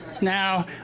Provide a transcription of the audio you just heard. Now